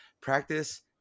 practice